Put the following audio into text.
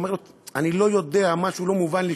אומר לו: אני לא יודע, משהו לא מובן לי.